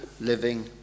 Living